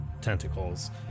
tentacles